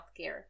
healthcare